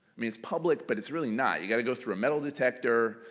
mean it's public, but it's really not. you got to go through a metal detector,